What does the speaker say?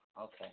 Okay